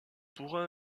pourra